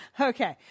Okay